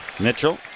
Mitchell